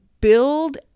build